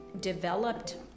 developed